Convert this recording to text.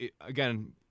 again